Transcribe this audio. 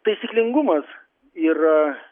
taisyklingumas yra